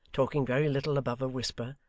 talking very little above a whisper,